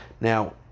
Now